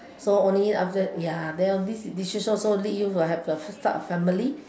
so only after ya then this decision also lead you to first start of family